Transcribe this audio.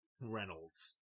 reynolds